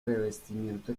revestimiento